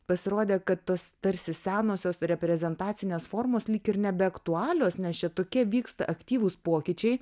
pasirodė kad tos tarsi senosios reprezentacinės formos lyg ir nebeaktualios nes čia tokie vyksta aktyvūs pokyčiai